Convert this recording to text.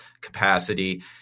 capacity